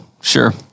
sure